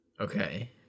Okay